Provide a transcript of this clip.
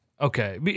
Okay